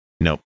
nope